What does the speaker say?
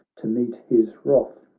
to meet his wrath,